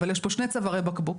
אבל יש פה שני צווארי בקבוק.